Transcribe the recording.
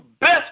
best